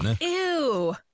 Ew